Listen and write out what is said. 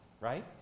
right